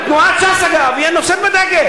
תנועת ש"ס, אגב, היא נושאת הדגל.